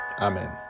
Amen